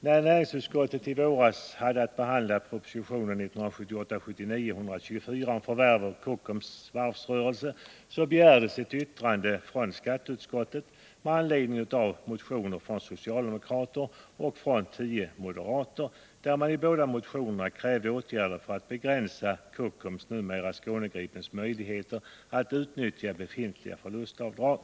När näringsutskottet i våras hade att behandla propositionen 1978/79:124 om förvärv av Kockums varvsrörelse begärdes ett yttrande från skatteutskottet med anledning av motioner från socialdemokraterna och från tio moderater, där man i båda motionerna krävde åtgärder för att begränsa Kockums AB:s — numera Skåne-Gripen — möjligheter att utnyttja befintliga förlustavdrag.